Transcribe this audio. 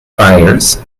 buyers